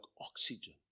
oxygen